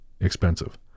expensive